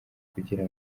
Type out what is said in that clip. kugira